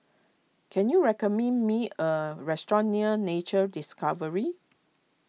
can you recommend me a restaurant near Nature Discovery